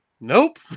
Nope